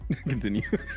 continue